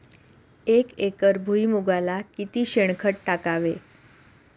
एक एकर भुईमुगाला किती शेणखत टाकावे?